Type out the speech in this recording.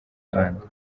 rwanda